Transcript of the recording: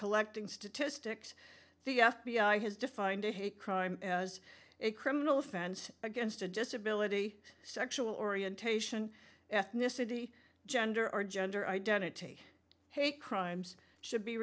collecting statistics the f b i has defined a hate crime as a criminal offense against a disability sexual orientation ethnicity gender or gender identity hate crimes should be